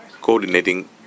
coordinating